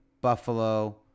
Buffalo